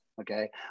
okay